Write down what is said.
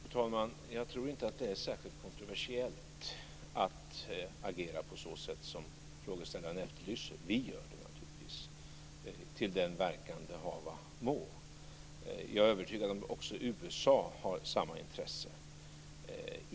Fru talman! Jag tror inte att det är särskilt kontroversiellt att agera på ett sådant sätt som frågeställaren efterlyser. Vi gör det naturligtvis till den verkan det hava må. Jag är övertygad om att också USA har samma intresse.